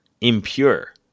Impure